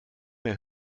mehr